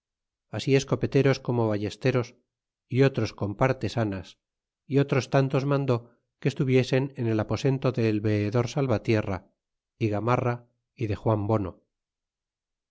así escopeteros como vallesteros y otros con partesanas y otros tantos mandó que estuviesen en el aposento del veedor salvatierra y gamarra y de juan bono